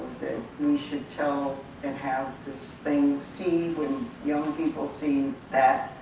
we should tell and have the same c when young people see that,